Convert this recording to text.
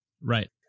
Right